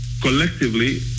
collectively